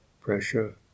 pressure